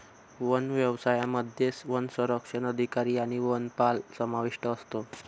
one व्यवसायामध्ये वनसंरक्षक अधिकारी आणि वनपाल समाविष्ट असतो